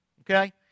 Okay